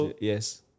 Yes